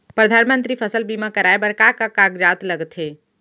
परधानमंतरी फसल बीमा कराये बर का का कागजात लगथे?